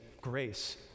grace